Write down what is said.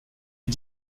est